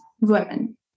women